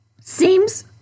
Seems